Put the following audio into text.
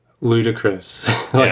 ludicrous